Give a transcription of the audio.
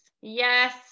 yes